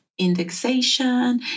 indexation